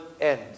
end